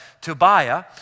Tobiah